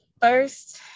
First